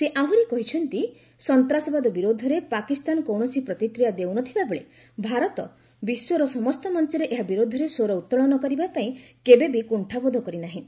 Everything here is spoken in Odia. ସେ ଆହୁରି କହିଛନ୍ତି ସନ୍ତାସବାଦ ବିରୁଦ୍ଧରେ ପାକିସ୍ତାନ କୌଣସି ପ୍ରତିକ୍ରିୟା ଦେଉନଥିବା ବେଳେ ଭାରତ ବିଶ୍ୱର ସମସ୍ତ ମଞ୍ଚରେ ଏହା ବିରୂଦ୍ଧରେ ସ୍ୱର ଉତ୍ତୋଳନ କରିବା ପାଇଁ କେବେ ବି କୁଣ୍ଠାବୋଧ କରିନାହିଁ